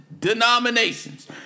denominations